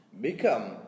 become